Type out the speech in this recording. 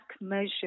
measure